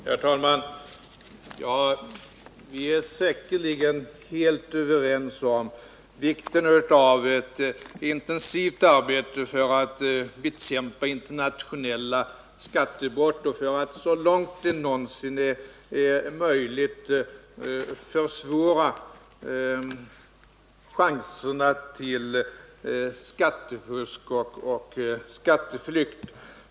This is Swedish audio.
Herr talman! Vi är säkerligen helt överens om vikten av ett intensivt arbete för att bekämpa internationella skattebrott och för att så långt det någonsin är möjligt minska chanserna till skattefusk och skatteflykt.